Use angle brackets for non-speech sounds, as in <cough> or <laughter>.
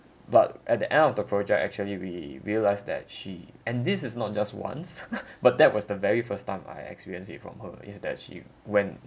but at the end of the project actually we realised that she and this is not just once <laughs> but that was the very first time I experienced it from her is that she went